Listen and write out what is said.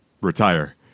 retire